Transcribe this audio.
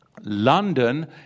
london